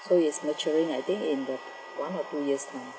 so it's maturing I think in the one or two years time